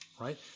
right